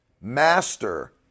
Master